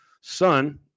son